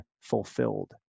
fulfilled